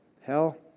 Hell